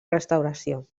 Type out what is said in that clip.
restauració